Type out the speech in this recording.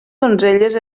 donzelles